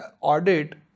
audit